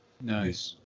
Nice